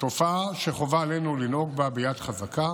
תופעה שחובה עלינו לנהוג בה ביד חזקה